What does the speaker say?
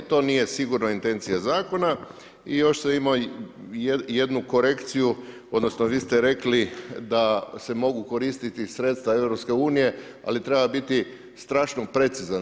To nije sigurno intencija zakona i još sam imao jednu korekciju odnosno vi ste rekli da se mogu koristiti sredstva EU ali treba biti strašno precizan.